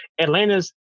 Atlanta's